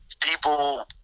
people